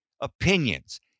opinions